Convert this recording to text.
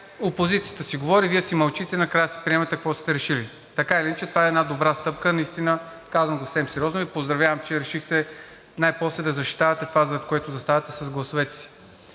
опозицията си говори, Вие си мълчите, и накрая си приемате каквото сте решили. Така или иначе това е една добра стъпка, наистина – казвам го съвсем сериозно, и Ви поздравявам, че решихте най-после да защитавате това, зад което заставате с гласовете си.